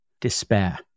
despair